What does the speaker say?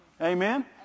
Amen